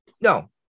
No